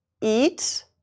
Eat